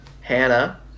Hannah